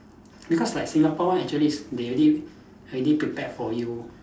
because like Singapore one actually is they already already prepared for you